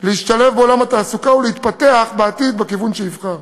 להשתלב בעולם התעסוקה ולהתפתח בעתיד בכיוון שיבחר.